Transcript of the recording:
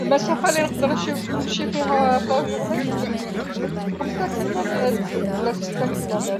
﻿المسافه اللي نقدر نمش- نمشي فيها، في لا جوغني خمسه كيلومتغ، ولا سته كيلومتغ.